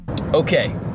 Okay